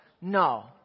No